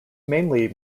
mainly